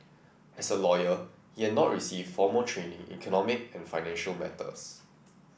as a lawyer he had not received formal training in economic and financial matters